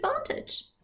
advantage